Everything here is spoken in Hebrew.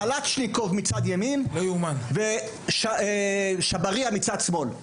קלצ׳ניקוב מצד ימין ושברייה מצד שמאל,